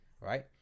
right